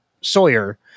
Sawyer